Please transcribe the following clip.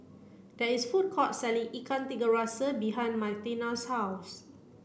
there is food court selling Ikan Tiga Rasa behind Martina's house